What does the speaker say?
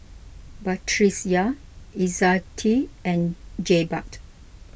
Batrisya Izzati and Jebat